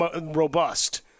robust